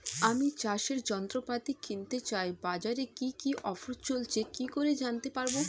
আমি চাষের যন্ত্রপাতি কিনতে চাই বাজারে কি কি অফার চলছে কি করে জানতে পারবো?